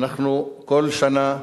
כל שנה,